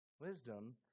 Wisdom